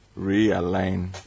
realign